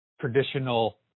traditional